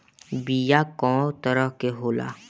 बीया कव तरह क होला?